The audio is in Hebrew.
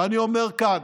ואני אומר כאן,